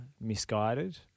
misguided